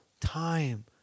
time